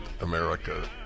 America